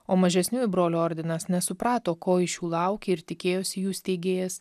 o mažesniųjų brolių ordinas nesuprato ko iš jų laukė ir tikėjosi jų steigėjas